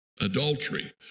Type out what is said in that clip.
adultery